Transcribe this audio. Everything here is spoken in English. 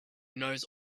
knows